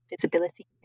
visibility